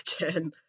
again